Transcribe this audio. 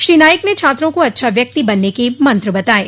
श्री नाईक न छात्रों को अच्छा व्यक्ति बनने के मंत्र बताये